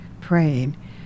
praying